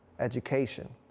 education,